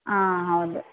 ಹಾಂ ಹೌದು